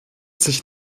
sich